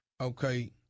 Okay